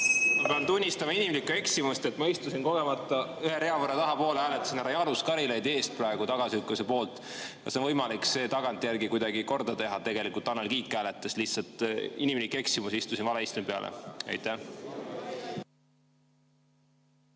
Pean tunnistama inimlikku eksimust. Ma istusin kogemata ühe rea võrra tahapoole, hääletasin härra Jaanus Karilaidi eest praegu tagasilükkamise poolt. Kas on võimalik see tagantjärgi kuidagi korda teha? Tegelikult Tanel Kiik hääletas. Lihtsalt inimlik eksimus, istusin vale istme peale. Väga